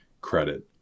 credit